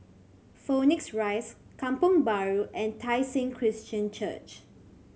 Phoenix Rise Kampong Bahru and Tai Seng Christian Church